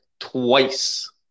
Twice